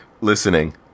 listening